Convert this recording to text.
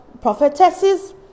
prophetesses